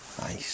Nice